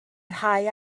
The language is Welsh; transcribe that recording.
rhai